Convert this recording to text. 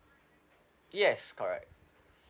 yes correct